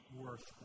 worth